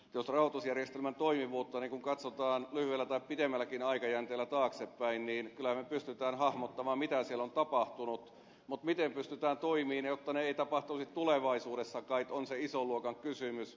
jos rahoitusjärjestelmän toimivuutta katsotaan lyhyellä tai pitemmälläkin aikajänteellä taaksepäin niin kyllä me pystymme hahmottamaan mitä siellä on tapahtunut mutta miten pystytään toimimaan jotta tällaista ei tapahtuisi tulevaisuudessa kait on se ison luokan kysymys